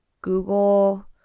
Google